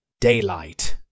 daylight